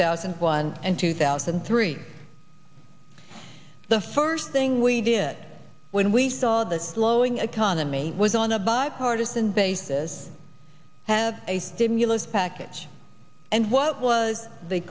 thousand and one and two thousand and three the first thing we did when we saw the slowing economy was on a bipartisan basis have a stimulus package and what was the